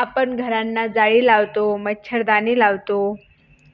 आपण घरांना जाळी लावतो मच्छरदाणी लावतो